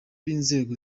b’inzego